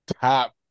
top